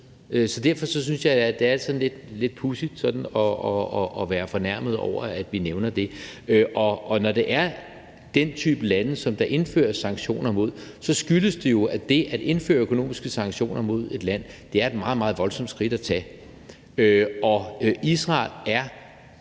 så derfor synes jeg, det er sådan lidt pudsigt at være fornærmet over, at vi nævner det. Og når det er den type lande, som der indføres sanktioner mod, skyldes det jo, at det at indføre økonomiske sanktioner mod et land er et meget, meget voldsomt skridt at tage. Og Israel er